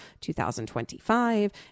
2025